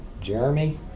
Jeremy